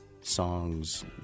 songs